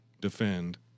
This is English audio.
defend